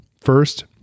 First